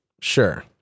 Sure